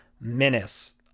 menace